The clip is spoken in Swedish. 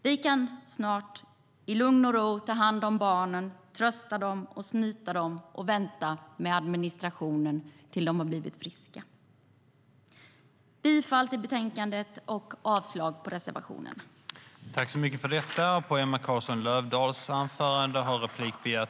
Vi kan snart i lugn och ro ta hand om barnen - trösta dem och snyta dem - och vänta med administrationen tills de har blivit friska.